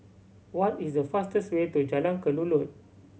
what is the fastest way to Jalan Kelulut